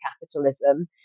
capitalism